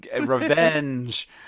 revenge